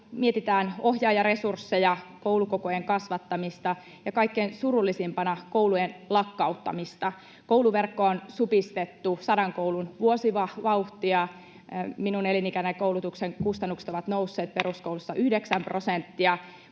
mietitään ohjaajaresursseja, koulukokojen kasvattamista ja kaikkein surullisimpana koulujen lakkauttamista. Kouluverkkoa on supistettu sadan koulun vuosivauhtia. Minun elinikänäni koulutuksen kustannukset ovat nousseet peruskoulussa yhdeksän prosenttia.